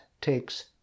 takes